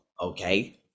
okay